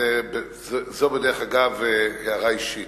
זו בדרך אגב הערה אישית.